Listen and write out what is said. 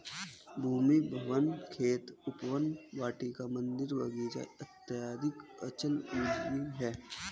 भूमि, भवन, खेत, उपवन, वाटिका, मन्दिर, बगीचा इत्यादि अचल पूंजी है